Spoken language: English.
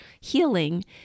healing